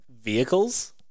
vehicles